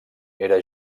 era